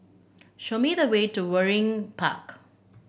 show me the way to Waringin Park